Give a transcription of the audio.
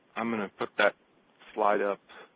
i'm going to put that slide up